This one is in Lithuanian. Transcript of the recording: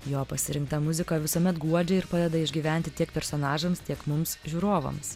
jo pasirinkta muzika visuomet guodžia ir padeda išgyventi tiek personažams tiek mums žiūrovams